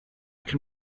can